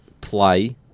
Play